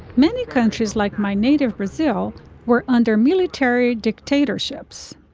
many countries like my native brazil were under military dictatorships.